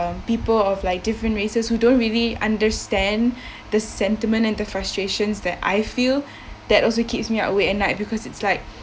people of like different races who don't really understand the sentiment and the frustrations that I feel that also keeps me up awake at night because it's like